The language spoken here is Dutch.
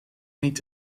niet